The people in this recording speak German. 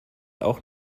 auch